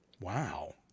Wow